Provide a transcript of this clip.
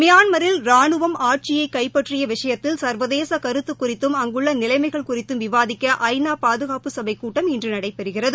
மியான்மில் ராணுவம் ஆட்சியை கைப்பற்றிய விஷயத்தில் சா்வதேச கருத்து குறித்தும் அங்குள்ள நிலைமைகள் குறிததும் விவாதிக்க ஐ நா பாதுகாப்பு சபை கூட்டம் இன்று நடைபெறுகிறது